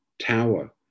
tower